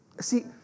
See